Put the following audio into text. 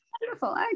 Beautiful